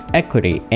equity